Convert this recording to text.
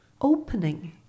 opening